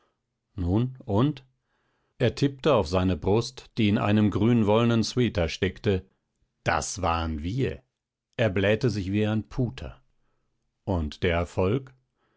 nun und er tippte auf seine brust die in einem grünwollenen sweater steckte das waren wir er blähte sich wie ein puter und der erfolg